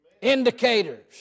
indicators